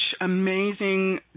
amazing